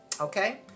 Okay